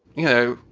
you know,